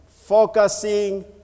Focusing